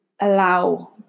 allow